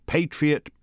Patriot